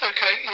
Okay